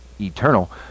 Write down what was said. eternal